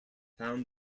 found